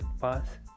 pass